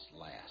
last